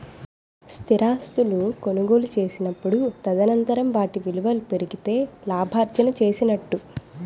స్థిరాస్తులు కొనుగోలు చేసినప్పుడు తదనంతరం వాటి విలువ పెరిగితే లాభార్జన చేసినట్టు